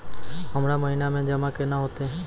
हमरा महिना मे जमा केना हेतै?